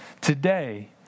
Today